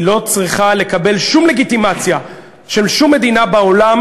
היא לא צריכה לקבל שום לגיטימציה של שום מדינה בעולם